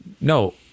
no